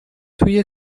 توی